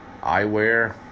eyewear